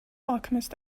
alchemist